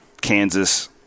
Kansas